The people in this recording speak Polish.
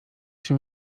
się